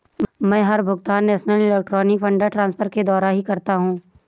मै हर भुगतान national electronic funds transfer के द्वारा ही करता हूँ